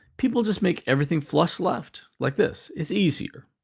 people just make everything flush-left, like this. it's easier.